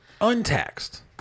Untaxed